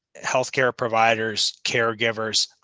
healthcare providers, caregivers.